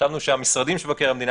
חשבנו שהמשרדים של מבקר המדינה,